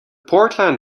portland